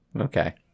okay